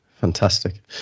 Fantastic